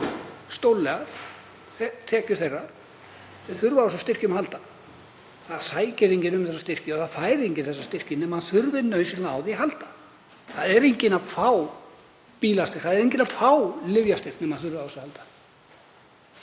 stórlega tekjur þeirra sem þurfa á þessum styrkjum að halda. Það sækir enginn um þessa styrki og það fær enginn þessa styrki nema hann þurfi nauðsynlega á því að halda. Það er enginn að fá bílastyrk, það er enginn að fá lyfjastyrk nema þurfa á því að halda.